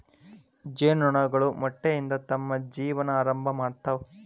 ಜೇನು ನೊಣಗಳು ಮೊಟ್ಟೆಯಿಂದ ತಮ್ಮ ಜೇವನಾ ಆರಂಭಾ ಮಾಡ್ತಾವ